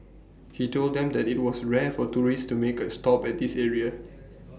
he told them that IT was rare for tourists to make A stop at this area